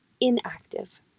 inactive